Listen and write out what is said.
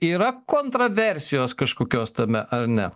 yra kontraversijos kažkokios tame ar ne